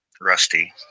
Rusty